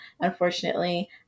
unfortunately